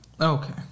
okay